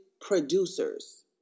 producers